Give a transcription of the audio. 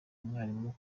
mwarimu